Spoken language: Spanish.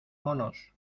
monos